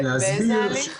באיזה הליך?